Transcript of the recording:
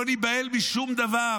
לא ניבהל משום דבר.